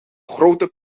grote